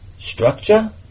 structure